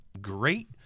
great